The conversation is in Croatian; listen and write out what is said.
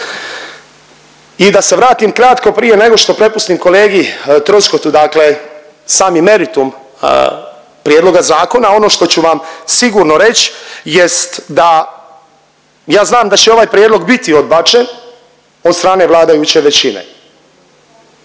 I da se vratim kratko prije nego što prepustim kolegi Troskotu, dakle sami meritum prijedloga zakona ono što ću vam sigurno reć jest da, ja znam da će ovaj prijedlog biti odbačen od strane vladajuće većine